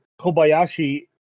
Kobayashi